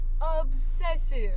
Obsessive